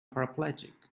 paraplegic